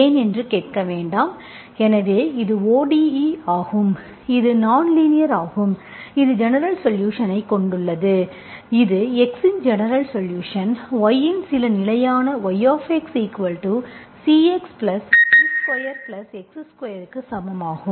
ஏன் என்று கேட்க வேண்டாம் எனவே இது ODE ஆகும் இது நான்லீனியர் ஆகும் இது ஜெனரல் சொலுஷன் ஐக் கொண்டுள்ளது இது x இன் ஜெனரல் சொலுஷன் y இன் சில நிலையான yxCxC2x2 க்கு சமம் ஆகும்